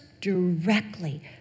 directly